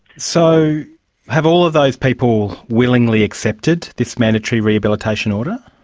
so have all of those people willingly accepted this mandatory rehabilitation order?